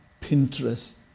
Pinterest